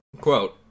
Quote